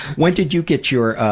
when did you get your